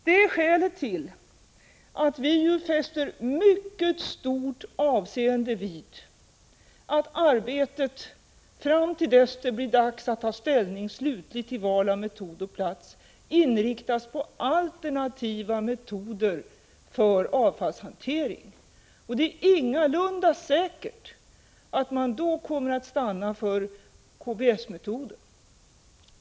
Det är skälet till att vi fäster mycket stort avseende vid att arbetet, fram till dess att det blir dags att ta slutlig ställning till val av metod och plats, inriktas på alternativa metoder för avfallshanteringen. Det är ingalunda säkert att man då kommer att stanna för KBS-metoden.